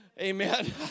Amen